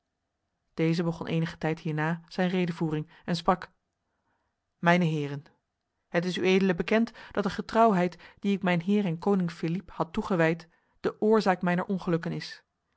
deze begon enige tijd hierna zijn redevoering en sprak mijne heren het is ued bekend dat de getrouwheid die ik mijn heer en koning philippe had toegewijd de oorzaak mijner ongelukken is